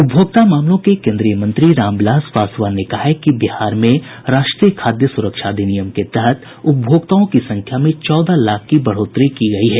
उपभोक्ता मामलों के केन्द्रीय मंत्री रामविलास पासवान ने कहा है कि बिहार में राष्ट्रीय खाद्य सुरक्षा अधिनियम के तहत उपभोक्ताओं की संख्या में चौदह लाख की बढ़ोतरी की गयी है